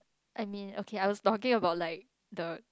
I mean okay I was talking about like the